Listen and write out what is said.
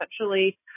essentially